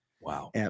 Wow